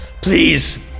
please